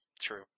true